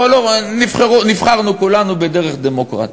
נבחרנו כולנו בדרך דמוקרטית,